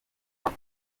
kuri